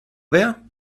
wer